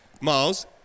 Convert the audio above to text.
Miles